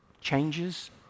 changes